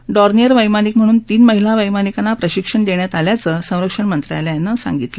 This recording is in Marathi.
डॉर्निअर वैमानिक म्हणून तीन महिला वैमानिकांना प्रशिक्षण देण्यात आल्याचं संरक्षण मंत्रालयानं सांगितलं